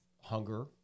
hunger